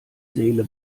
seele